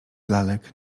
lalek